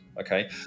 Okay